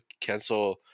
cancel